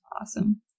awesome